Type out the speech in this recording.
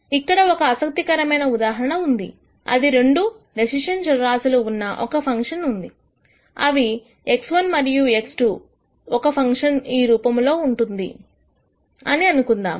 ఇక్కడ ఒక ఆసక్తికరమైన ఉదాహరణ ఉంది అది రెండు డెసిషన్ చరరాశులు ఉన్న ఒక ఫంక్షన్ ఉంది అవి x1 మరియు x2 ఒక ఫంక్షన్ ఈ రూపంలో ఉంది అని అనుకుందాము